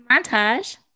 montage